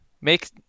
make